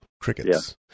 Crickets